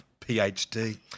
PhD